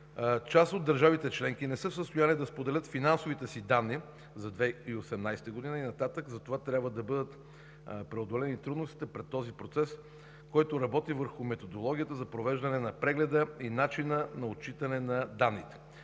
част от държавите членки не са в състояние да споделят финансовите си данни за 2018 г. и нататък, затова трябва да бъдат преодолени трудностите пред този процес, който работи върху методологията за провеждане на прегледа и начина на отчитане на данните.